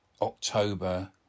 October